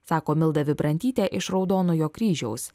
sako milda vibrantytė iš raudonojo kryžiaus